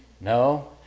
No